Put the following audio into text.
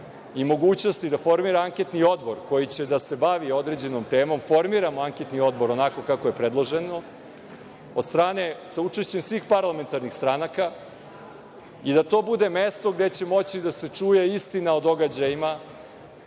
i mogućnosti da formira anketni odbor koji će da se bavi određenom temom, formiramo anketni odbor, onako kako je predloženo, sa učešćem svih parlamentarnih stranaka i da to bude mesto gde će moći da se čuje istina o događajima,